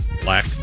Black